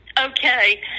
Okay